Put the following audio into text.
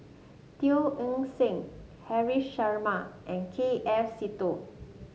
Teo Eng Seng Haresh Sharma and K F Seetoh